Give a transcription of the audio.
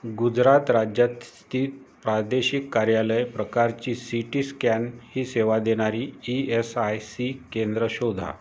गुजरात राज्यात स्थित प्रादेशिक कार्यालय प्रकारची सीटी स्कॅन ही सेवा देणारी ई एस आय सी केंद्रं शोधा